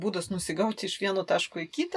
būdas nusigauti iš vieno taško į kitą